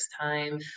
time